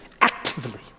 actively